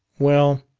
well,